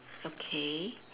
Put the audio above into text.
okay